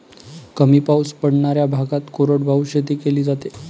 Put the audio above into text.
कमी पाऊस पडणाऱ्या भागात कोरडवाहू शेती केली जाते